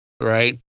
Right